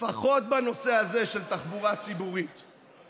לפחות בנושא הזה של תחבורה ציבורית,